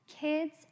Kids